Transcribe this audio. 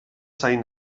zain